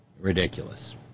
ridiculous